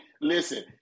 listen